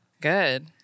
Good